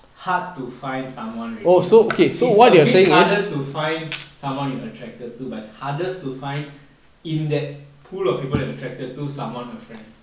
hard to find someone really is a bit harder to find someone you attracted to but it's hardest to find in that pool of people that you are attracted to somemore a friend